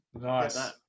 Nice